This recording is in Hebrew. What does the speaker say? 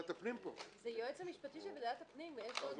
זה היועץ המשפטי של ועדת הפנים --- אבל